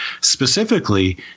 Specifically